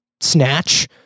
snatch